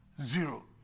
Zero